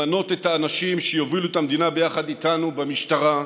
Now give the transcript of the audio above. למנות את האנשים שיובילו את המדינה ביחד איתנו במשטרה,